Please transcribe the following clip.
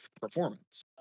performance